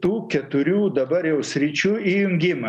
tų keturių dabar jau sričių įjungimą